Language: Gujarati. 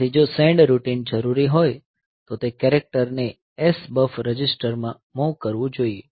તેથી જો સેન્ડ રૂટિન જરૂરી હોય તો તે કેરેક્ટર ને SBUF રજિસ્ટરમાં મૂવ કરવું જોઈએ